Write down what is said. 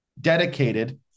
dedicated